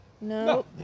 No